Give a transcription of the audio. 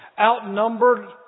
outnumbered